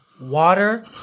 water